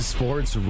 Sports